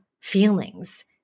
feelings